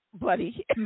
buddy